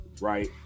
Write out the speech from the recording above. right